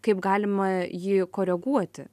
kaip galima jį koreguoti